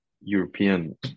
European